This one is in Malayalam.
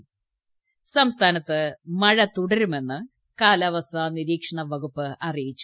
ടടട കാലാവസ്ഥ സംസ്ഥാനത്ത് മഴ തുടരുമെന്ന് കാലാവസ്ഥാ നിരീക്ഷണ വകുപ്പ് അറിയിച്ചു